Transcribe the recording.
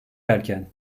erken